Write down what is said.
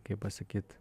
kaip pasakyt